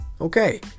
okay